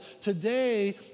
Today